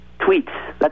Tweets